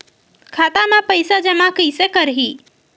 खाता म पईसा जमा कइसे करही?